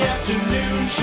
Afternoon